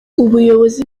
ubuyobozi